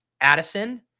Addison